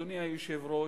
אדוני היושב-ראש,